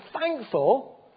thankful